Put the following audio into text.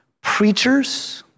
preachers